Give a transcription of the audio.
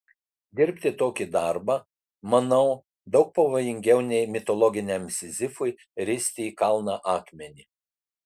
dirbti tokį darbą manau daug pavojingiau nei mitologiniam sizifui risti į kalną akmenį